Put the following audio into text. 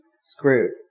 screwed